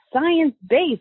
science-based